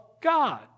God